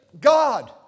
God